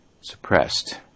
suppressed